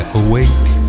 awake